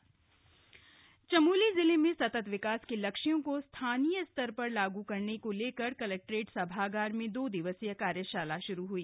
कार्यशाला चमोली चमोली जिले में सतत विकास के लक्ष्यों को स्थानीय स्तर पर लागू करने को लेकर क्लेक्ट्रेट सभागार में दो दिवसीय कार्यशाला श्रू हई